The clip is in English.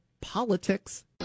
politics